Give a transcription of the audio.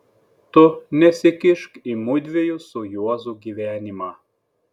tu nesikišk į mudviejų su juozu gyvenimą